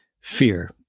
fear